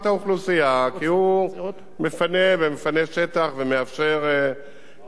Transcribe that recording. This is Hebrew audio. כי הוא מפנה ומפנה שטח ומאפשר לכולם לנוע.